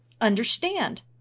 understand